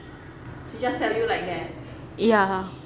ya